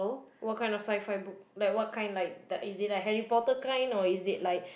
what kind of sci fi book like what kind like the as in the Harry-Potter kind or is it like